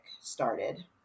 started